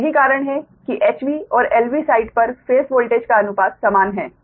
तो यही कारण है कि HV और LV साइड पर फेस वोल्टेज का अनुपात समान हैं